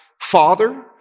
father